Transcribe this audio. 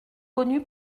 connu